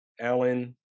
Alan